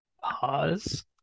Pause